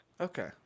Okay